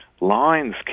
lines